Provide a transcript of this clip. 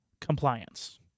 compliance